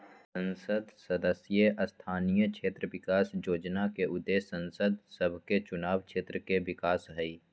संसद सदस्य स्थानीय क्षेत्र विकास जोजना के उद्देश्य सांसद सभके चुनाव क्षेत्र के विकास हइ